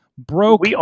broke